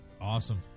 Awesome